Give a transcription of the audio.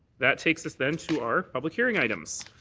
that takes us then to our public hearing items.